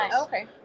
Okay